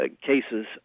cases